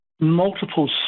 multiple